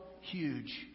huge